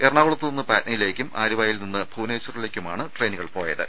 എറണാകുളത്ത് നിന്ന് പാട്നയിലേക്കും ആലുവായിൽ നിന്ന് ഭുവനേശ്വറിലേക്കുമാണ് ട്രെയിനുകൾ പോയത്